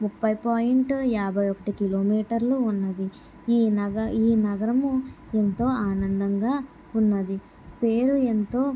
ముప్పై పాయింట్ యాభై ఒకటి కిలోమీటరులు ఉన్నది ఈ నగ ఈ నగరము ఎంతో ఆనందంగా ఉన్నది పేరు ఎంతో